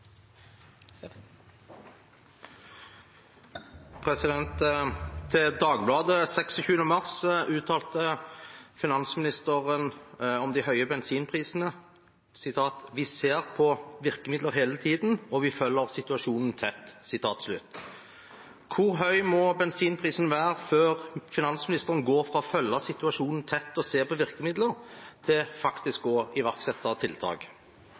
Dagbladet 26. mars uttalte finansministeren om de høye bensinprisene: "Vi ser på virkemidler hele tiden, og vi følger situasjonen tett." Hvor høy må bensin- og dieselprisen være før finansministeren går fra å følge situasjonen tett og se på virkemidler til faktisk å iverksette tiltak?»